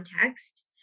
context